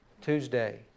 Tuesday